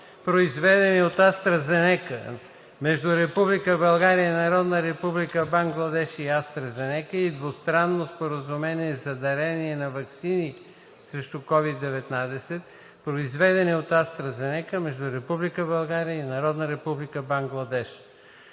произведени от АстраЗенека, между Република България, Народна република Бангладеш и АстраЗенека и Двустранно споразумение за дарение на ваксини срещу COVID-19, произведени от АстраЗенека, между Република България и Народна република Бангладеш“.